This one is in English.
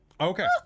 Okay